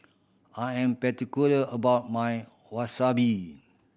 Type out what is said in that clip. I am particular about my Wasabi